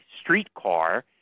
streetcar